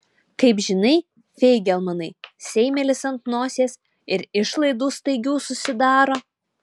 kaip žinai feigelmanai seimelis ant nosies ir išlaidų staigių susidaro